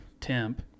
temp